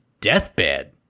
deathbed